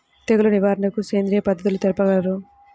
తెగులు నివారణకు సేంద్రియ పద్ధతులు తెలుపగలరు?